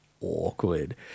awkward